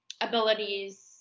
abilities